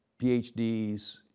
PhDs